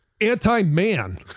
anti-man